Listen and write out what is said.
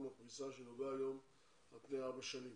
הפריסה שנהוגה היום על פני ארבע שנים.